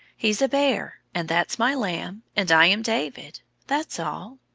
he's a bear, and that's my lamb, and i am david that's all.